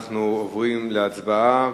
אנחנו עוברים להצבעה.